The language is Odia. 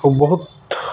ଆଉ ବହୁତ